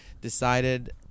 decided